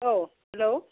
औ हेलौ